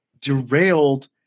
derailed